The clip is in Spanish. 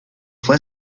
fue